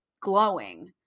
glowing